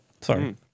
Sorry